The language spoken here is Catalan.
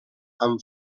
amb